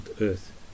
earth